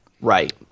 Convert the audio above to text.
Right